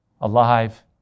alive